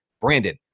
Brandon